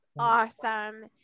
Awesome